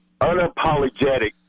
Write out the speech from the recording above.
unapologetic